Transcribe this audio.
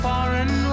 foreign